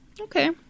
okay